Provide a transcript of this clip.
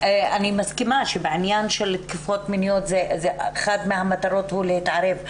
אני מסכימה שבעניין של תקיפות מיניות אחת מהמטרות היא להתערב,